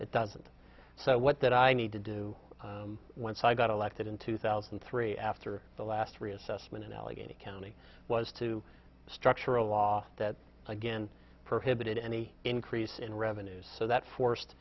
it doesn't so what that i need to do once i got elected in two thousand and three after the last reassessment in allegheny county was to structure a law that again prohibited any increase in revenues so that forced